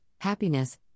happiness